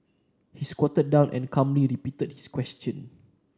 he squatted down and calmly repeated his question